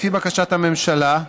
לפי בקשת הממשלה,